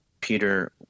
Peter